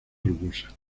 rugosa